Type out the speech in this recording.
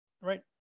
Right